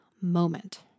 moment